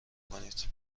کنید